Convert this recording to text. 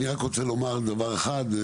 אני רק רוצה לומר דבר אחד.